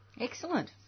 Excellent